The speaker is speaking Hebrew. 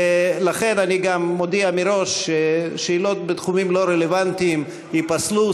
ולכן אני גם מודיע מראש ששאלות בתחומים לא רלוונטיים ייפסלו,